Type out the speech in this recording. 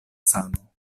sano